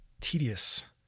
tedious